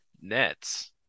Nets